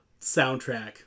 soundtrack